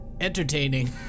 entertaining